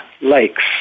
Lakes